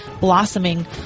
blossoming